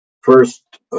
First